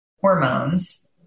hormones